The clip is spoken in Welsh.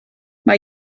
mae